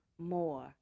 more